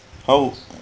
how